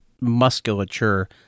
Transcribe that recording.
musculature